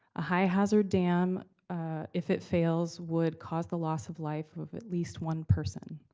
a high-hazard dam if it fails, would cause the loss of life of at least one person.